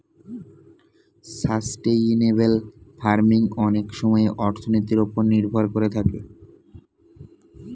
sustainable farming অনেক সময়ে অর্থনীতির ওপর নির্ভর করে থাকে